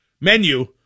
menu